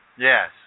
Yes